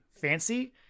fancy